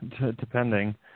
depending